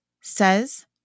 says